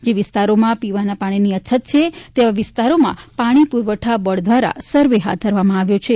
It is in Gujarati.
જે વિસ્તા રોમાં પીવાના પાણીની અછત છે તેવા વિસ્તાારોમાં પાણી પુરવઠા બોર્ડ દ્વારા સર્વે હાથ ધરવામાં આવ્યો છે